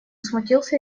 смутился